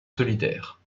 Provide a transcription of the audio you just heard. solitaire